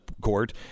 court